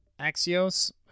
Axios